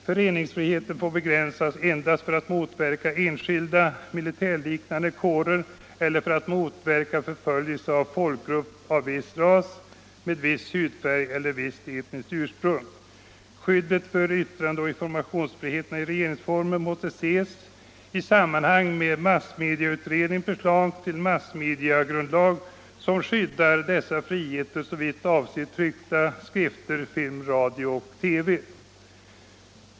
Föreningsfriheten får begränsas endast för att motverka enskilda militärliknande kårer eller för att motverka förföljelse av folkgrupp av viss ras, med viss hudfärg eller av visst etniskt ursprung. Skyddet för yttrandeoch informationsfriheterna i regeringsformen måste ses i sammanhang med massmedieutredningens förslag till massmediegrundlag som skyddar dessa friheter såvitt avser tryckta skrifter, film, radio och TV.